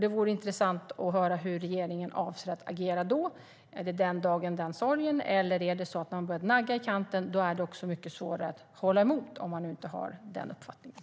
Det vore intressant att höra hur regeringen avser att agera då. Är det den dagen den sorgen? Eller är det svårare när man har börjat nagga i kanten att hålla emot om man inte har den uppfattningen?